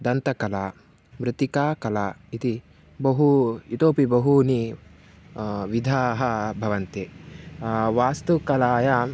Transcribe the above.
दन्तकला मृत्तिकाकला इति बहु इतोऽपि बहवः विधाः भवन्ति वास्तुकलायां